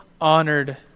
honored